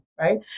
right